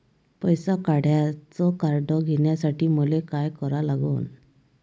पैसा काढ्याचं कार्ड घेण्यासाठी मले काय करा लागन?